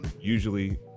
usually